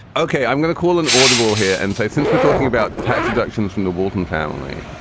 ok, i'm going to call an audible here and say, since we're talking about tax deductions from the walton family,